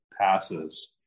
passes